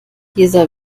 dieser